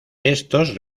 estos